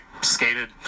skated